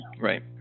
Right